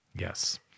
Yes